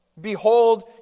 Behold